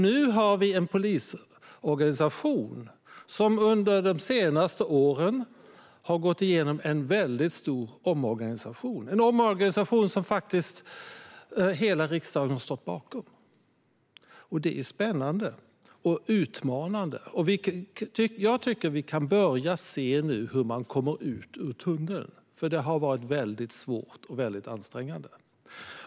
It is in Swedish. Nu finns en polisorganisation som under de senaste åren har genomgått en stor omorganisation. Det är en omorganisation som faktiskt hela riksdagen har stått bakom. Det är spännande och utmanande. Jag tycker att vi börjar se polisen komma ut ur tunneln efter att omorganisationen har varit svår och ansträngande.